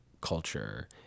culture